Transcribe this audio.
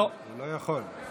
הוא לא יכול.